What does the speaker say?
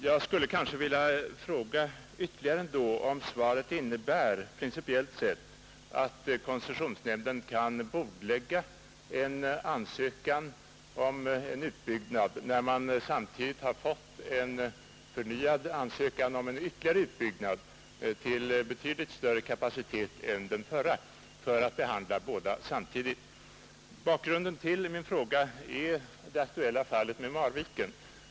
Jag vill emellertid fråga om svaret principiellt sett innebär att koncessionsnämnden kan bordlägga en ansökan om en utbyggnad om nämnden efter denna första ansökan har fått in en ny ansökan om ytterligare utbyggnad med betydligt större kapacitet än den tidigare, alltså göra en bordläggning för att nämnden skall kunna behandla båda ansökningarna samtidigt. Bakgrunden till min fräga är det aktuella fallet med Marviken.